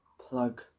plug